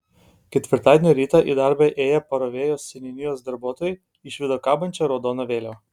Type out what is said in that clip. ketvirtadienio rytą į darbą ėję parovėjos seniūnijos darbuotojai išvydo kabančią raudoną vėliavą